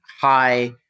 high